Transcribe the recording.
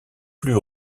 plus